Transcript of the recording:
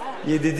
ידידי,